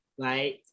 right